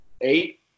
Eight